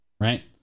right